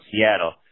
Seattle